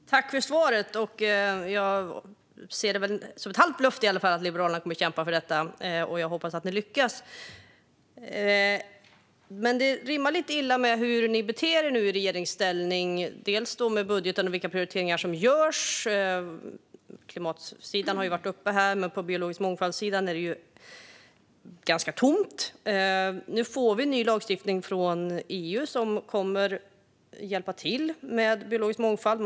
Fru talman! Jag tackar Elin Nilsson för svaret. Jag ser det som i alla fall ett halvt löfte om att Liberalerna kommer att kämpa för det. Jag hoppas att ni lyckas. Det rimmar dock lite illa med hur ni beter er nu när ni sitter i regeringsställning, bland annat när det gäller budgeten och de prioriteringar som görs. Klimatsidan har varit uppe, men när det gäller biologisk mångfald är det ganska tomt. Nu får vi ny lagstiftning från EU som kommer att hjälpa till när det gäller biologisk mångfald.